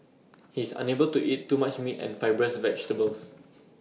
he is unable to eat too much meat and fibrous vegetables